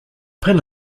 pin